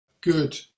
good